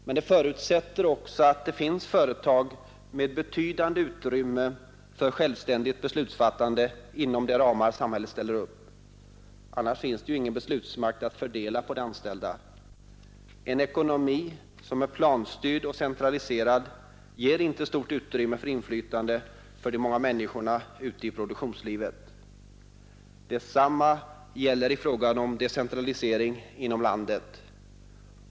Men det förutsätter också att det finns företag med betydande utrymme för självständigt beslutsfattande inom de ramar samhället ställer upp. Annars finns det ingen beslutsmakt att fördela på de anställda. En ekonomi som är planstyrd och centraliserad ger inte stort utrymme för inflytande för de många människorna ute i produktionslivet. Detsamma gäller i fråga om decentralisering inom landet.